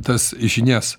tas žinias